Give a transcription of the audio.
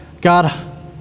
God